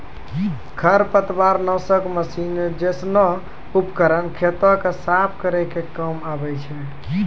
खरपतवार नासक मसीन जैसनो उपकरन खेतो क साफ करै के काम आवै छै